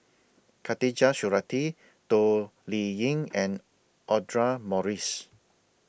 Khatijah Surattee Toh Liying and Audra Morrice